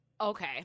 okay